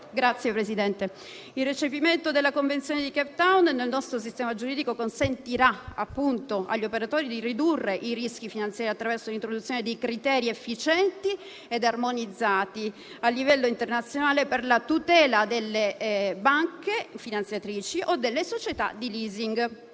Il recepimento della convenzione di Cape Town nel nostro sistema giuridico consentirà, appunto, agli operatori di ridurre i rischi finanziari attraverso l'introduzione di criteri efficienti ed armonizzati a livello internazionale per la tutela delle banche finanziatrici o delle società di *leasing*,